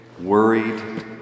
worried